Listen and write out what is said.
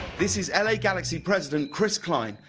this is l a. galaxy president chris klein,